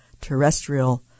terrestrial